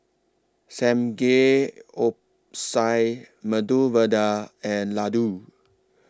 Samgeyopsal Medu Vada and Ladoo